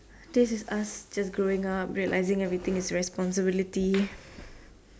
this is us just growing up realizing everything is responsibility